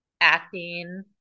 acting